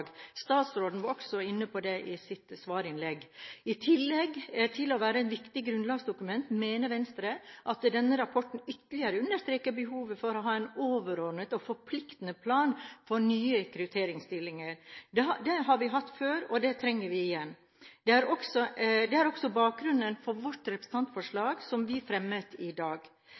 Statsråden var også inne på det i sitt svarinnlegg. I tillegg til å være et viktig grunnlagsdokument mener Venstre at denne rapporten ytterligere understreker behovet for å ha en overordnet og forpliktende plan for nye rekrutteringsstillinger. Det har vi hatt før, og det trenger vi igjen. Det er også bakgrunnen for vårt representantforslag, som vi fremmet i dag.